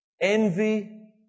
envy